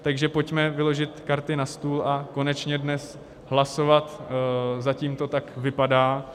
Takže pojďme vyložit karty na stůl a konečně dnes hlasovat, zatím to tak vypadá.